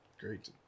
great